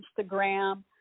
Instagram